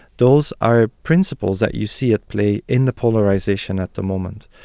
those are principles that you see at play in the polarisation at the moment.